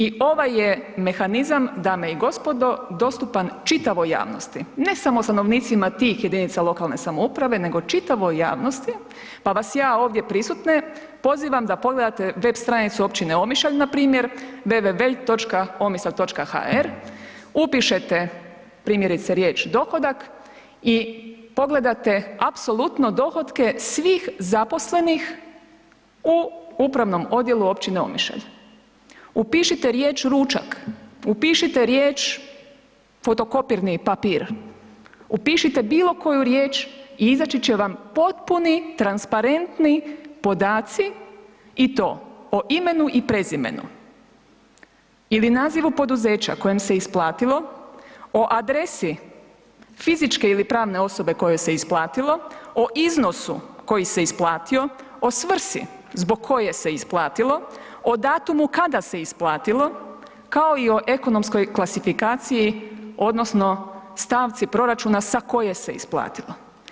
I ovaj je mehanizam dame i gospodo dostupan čitavoj javnosti, ne samo stanovnicima tih jedinica lokalne samouprave nego čitavoj javnosti, pa vas ja ovdje prisutne pozivam da pogledate web stranicu općine Omišalj npr. www.omisalj.hr upišete primjerice riječ dohodak i pogledate apsolutno dohotke svih zaposlenih u upravnom odjelu općine Omišalj, upišite riječ ručak, upišite riječ fotokopirni papir, upišite bilo koju riječ i izaći će vam potpuni, transparentni podaci i to o imenu i prezimenu ili nazivu poduzeća kojem se isplatilo, o adresi fizičke ili pravne osobe kojoj se isplatilo, o iznosu koji se isplatio, o svrsi zbog koje se isplatilo, o datumu kada se isplatilo kao i o ekonomskoj klasifikaciji odnosno stavci proračuna sa koje se isplatilo.